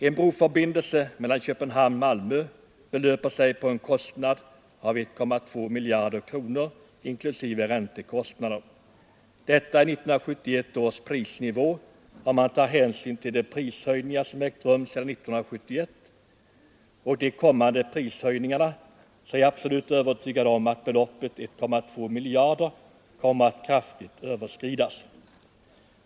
En broförbindelse mellan Köpenhamn och Malmö belöper sig på en kostnad av 1,2 miljarder kronor inklusive räntekostnader. Detta i 1971 års prisnivå. Om man tar hänsyn till de prisstegringar som ägt rum sedan 1971 och de kommande prishöjningarna, så är jag övertygad om att beloppet 1,2 miljarder kommer att kraftigt överskridas.